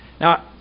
Now